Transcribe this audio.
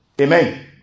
Amen